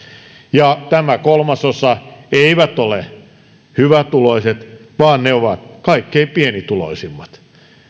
ja tämä kolmasosa ei ole hyvätuloiset vaan se on kaikkein pienituloisimmat